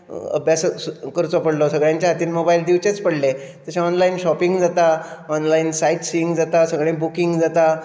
अभ्यास करचो पडलो सगळ्याचेंच हातीन मोबायल दिवचेच पडले तशेंच ऑनलायन शॉपींग जाता ऑनलायन सायटसींग जाता सगळें बुकींग जाता